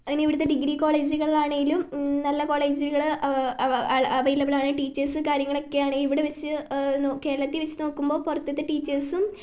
any ഇവിടുത്തെ degree കോളേജുകളിലാണെങ്കിലും നല്ല കോളേജുകൾ അവൈലബിള് ആണ് ടീച്ചേഴ്സും കാര്യങ്ങളൊക്കെ ആണ് ഇവിടെ വച്ച് കേരളത്തിൽ വച്ച് നോക്കുമ്പം പുറത്തത്തെ ടീച്ചേഴ്സും